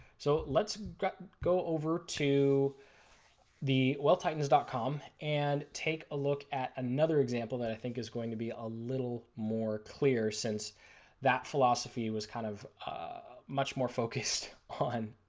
so let's go over to the wealthtitans dot com and take a look at another example that i think is going to be a little clearer since that philosophy was kind of much more focused on